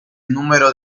número